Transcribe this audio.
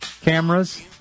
Cameras